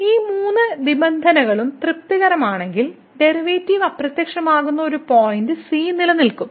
ഈ മൂന്ന് നിബന്ധനകളും തൃപ്തികരമാണെങ്കിൽ ഡെറിവേറ്റീവ് അപ്രത്യക്ഷമാകുന്ന ഒരു പോയിന്റ് സി നിലനിൽക്കും